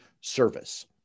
service